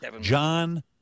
John